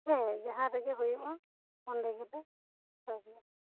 ᱦᱮᱸ ᱡᱟᱦᱟᱸ ᱨᱮᱦᱮ ᱦᱩᱭᱩᱜᱼᱟ ᱚᱸᱰᱮ ᱜᱮᱞᱮ ᱯᱟᱨᱮᱭᱟᱜᱼᱟ